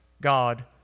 God